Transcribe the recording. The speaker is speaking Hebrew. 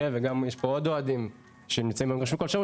וגם יש פה עוד אוהדים שנמצאים במגרשים כל שבוע,